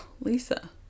Lisa